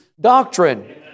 doctrine